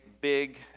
big